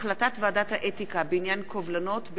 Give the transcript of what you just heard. החלטת ועדת האתיקה בעניין קובלנות על